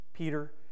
Peter